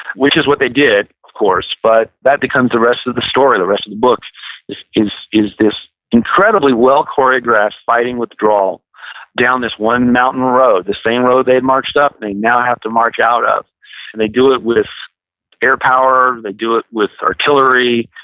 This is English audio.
which is what they did, of course. but that becomes the rest of the story. the rest of the book is is this incredibly well choreographed fighting withdrawal down this one mountain road. the same road they'd marched up, they now have to march out of. and they do it with airpower. they do it with artillery,